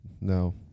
no